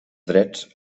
drets